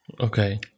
Okay